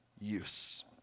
use